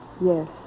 Yes